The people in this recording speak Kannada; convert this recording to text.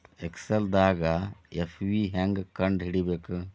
ಎಕ್ಸೆಲ್ದಾಗ್ ಎಫ್.ವಿ ಹೆಂಗ್ ಕಂಡ ಹಿಡಿಬೇಕ್